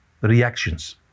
reactions